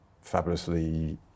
fabulously